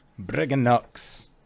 Briganox